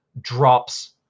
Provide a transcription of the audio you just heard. drops